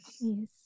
Yes